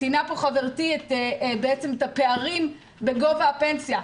ציינה פה חברתי את הפערים בגובה הפנסיה.